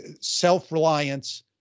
self-reliance